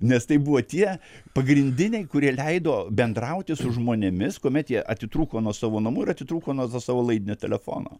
nes tai buvo tie pagrindiniai kurie leido bendrauti su žmonėmis kuomet jie atitrūko nuo savo namų ir atitrūko nuo to savo laidinio telefono